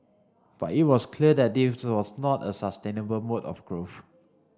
but it was clear that was not a sustainable mode of growth